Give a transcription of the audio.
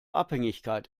abhängigkeit